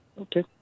Okay